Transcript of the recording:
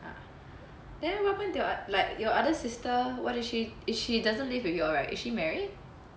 then what happened to like your other sister what is she is she she doesn't live with you all right is she married